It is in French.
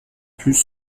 plus